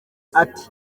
ati